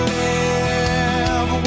live